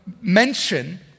mention